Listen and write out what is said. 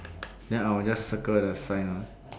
ya I will just circle the sign ah